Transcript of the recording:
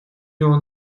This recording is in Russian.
него